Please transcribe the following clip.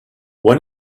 when